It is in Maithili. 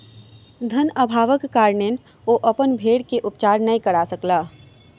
धन अभावक कारणेँ ओ अपन भेड़ के उपचार नै करा सकला